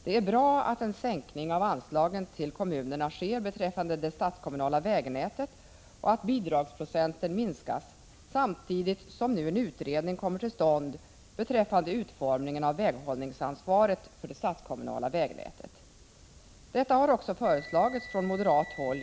Det är bra att en sänkning av anslagen till kommunerna sker beträffande det statskommunala vägnätet och att bidragsprocenten minskas, samtidigt som nu en utredning kommer till stånd om utformningen av väghållningsansvaret för det statskommunala vägnätet. Detta har också i flera år föreslagits från moderat håll.